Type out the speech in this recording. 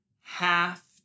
Half